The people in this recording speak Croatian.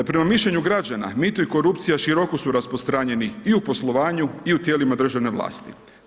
Prema mišljenju građana, mito i korupcija, široko su rasprostranjeni i u poslovanju i u tijelima državne vlasti.